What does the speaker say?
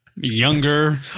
Younger